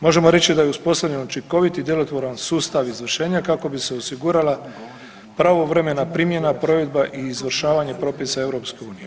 Možemo reći da je uspostavljen učinkoviti i djelotvoran sustav izvršenja kako bi se osigurala pravovremena primjena, provedba i izvršavanje propisa EU.